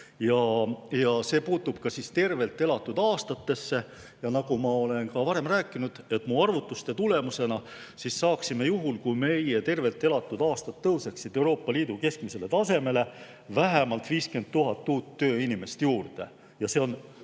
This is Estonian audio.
See puutub ka tervelt elatud aastatesse. Nagu ma olen varem rääkinud, minu arvutuste tulemusena saaksime juhul, kui meie tervelt elatud aastad tõuseksid Euroopa Liidu keskmisele tasemele, vähemalt 50 000 uut tööinimest juurde. See on